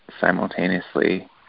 simultaneously